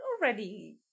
already